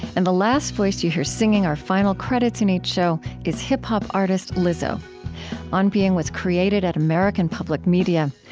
and the last voice that you hear singing our final credits in each show is hip-hop artist lizzo on being was created at american public media.